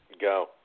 Go